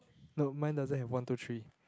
no mine doesn't have one two three